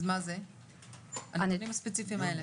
אז מה זה הנתונים הספציפיים האלה?